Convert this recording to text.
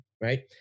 right